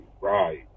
right